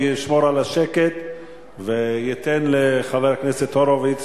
הוא ישמור על השקט וייתן לחבר הכנסת הורוביץ